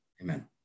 amen